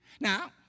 Now